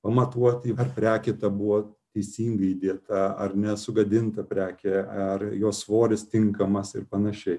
pamatuoti ar prekė ta buvo teisingai įdėta ar ne sugadinta prekė ar jos svoris tinkamas ir panašiai